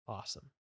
Awesome